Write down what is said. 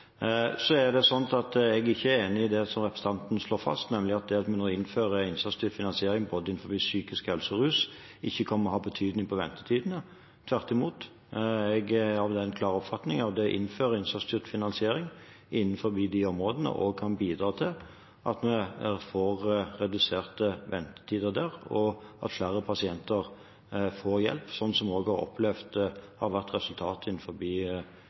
er ikke enig i det representanten slår fast, nemlig at det å innføre innsatsstyrt finansiering innenfor både psykisk helse og rus ikke kommer å ha betydning for ventetidene. Tvert imot, jeg er av den klare oppfatning at det å innføre innsatsstyrt finansiering innenfor de områdene kan bidra til at vi får reduserte ventetider der, og at flere pasienter får hjelp, slik vi har opplevd at resultatet har vært